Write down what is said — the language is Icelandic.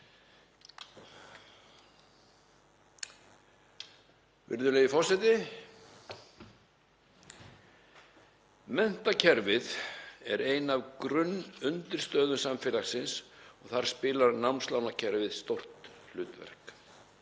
Virðulegi forseti. Menntakerfið er ein af grunnundirstöðum samfélagsins og þar spilar námslánakerfið stórt hlutverk.